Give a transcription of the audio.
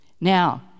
Now